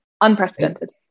Unprecedented